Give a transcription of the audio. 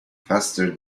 faster